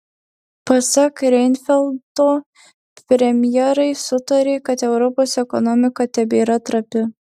pasak reinfeldto premjerai sutarė kad europos ekonomika tebėra trapi